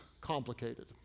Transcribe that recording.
complicated